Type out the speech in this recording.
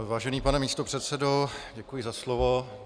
Vážený pane místopředsedo, děkuji za slovo.